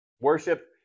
Worship